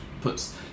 puts